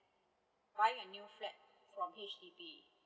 buying a new flat from H_D_B